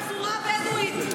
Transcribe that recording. והפזורה הבדואית?